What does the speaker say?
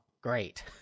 great